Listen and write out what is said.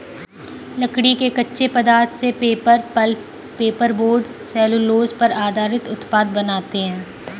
लकड़ी के कच्चे पदार्थ से paper, pulp, paper board, cellulose पर आधारित उत्पाद बनाते हैं